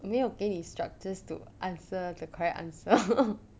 没有给你 structures to answer the correct answer